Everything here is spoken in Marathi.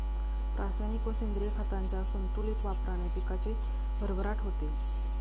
रासायनिक व सेंद्रिय खतांच्या संतुलित वापराने पिकाची भरभराट होते